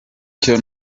cyo